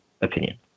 opinion